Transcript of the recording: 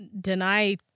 deny